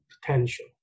potential